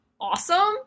awesome